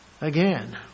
again